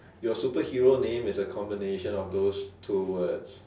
your superhero name is a combination of those two words